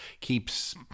keeps